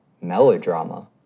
melodrama